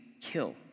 kill